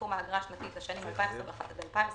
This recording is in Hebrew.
סכום האגרה השנתית לשנים 2021 עד 2023